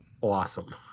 awesome